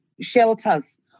shelters